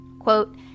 quote